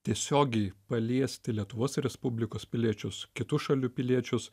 tiesiogiai paliesti lietuvos respublikos piliečius kitų šalių piliečius